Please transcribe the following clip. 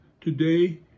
today